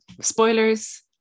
spoilers